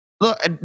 Look